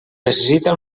necessita